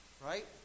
right